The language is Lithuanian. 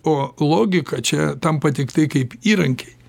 o logika čia tampa tiktai kaip įrankiai